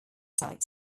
sites